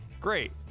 Great